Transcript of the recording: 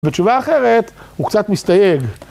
בתשובה אחרת הוא קצת מסתייג.